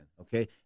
okay